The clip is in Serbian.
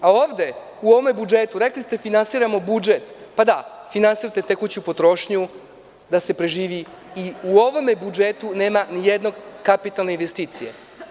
Ali ovde, u ovom budžetu, rekli ste – finansiramo budžet, pa da, finansirate tekuću potrošnju da se preživi, ali u ovome budžetu nema nijedne kapitalne investicije.